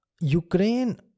ukraine